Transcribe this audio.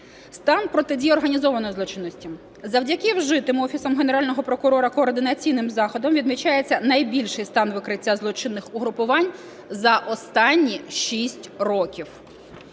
Стан протидії організованій злочинності. Завдяки вжитим Офісом Генерального прокурора координаційним заходам відмічається найбільший стан викриття злочинних угрупувань за останні шість років.